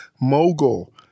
Mogul